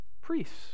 Priests